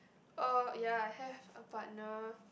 oh ya I have a partner